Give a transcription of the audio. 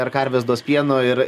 ar karvės duos pieno ir